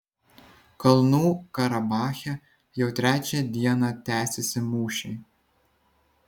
kalnų karabache jau trečią dieną tęsiasi mūšiai